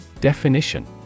Definition